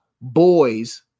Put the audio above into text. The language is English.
Boys